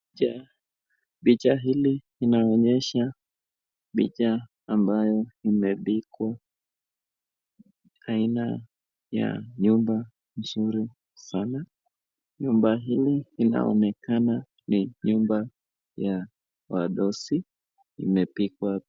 Picha hili inaonyesha picha ambayo imepigwa aina ya nyumba mzuri sana. Nyumba hili inaonekana ni nyumba ya wadosi imepigwa